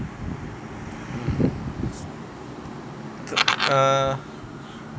err